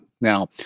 Now